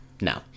No